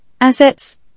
assets